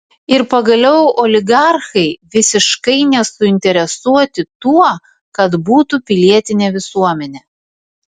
ir pagaliau oligarchai visiškai nesuinteresuoti tuo kad būtų pilietinė visuomenė